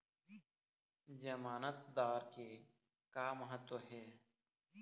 जमानतदार के का महत्व हे?